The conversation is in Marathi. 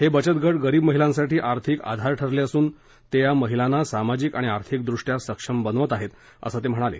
हे बचत गट गरीब महिलांसाठी आर्थिक आधार ठरले असून ते या महिलांना सामाजिक आणि आर्थिकदृष्टया सक्षम बनवत आहेत असं ते म्हणाले